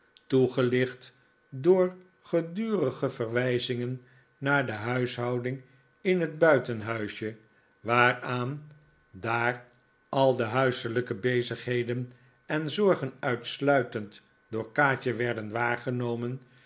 toegelicht door gedurige verwijzingen naar de huishouding in het buitenhuisje waaraan daar al de huiselijke bezigheden en zorgen uitsluitend door kaatje werden waargenomen